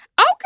okay